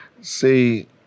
See